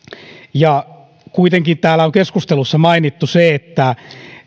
kuitenkin täällä on keskustelussa mainittu se että